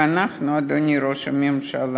ואנחנו, אדוני ראש הממשלה,